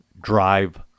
Drive